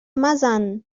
مزن